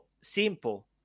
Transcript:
simple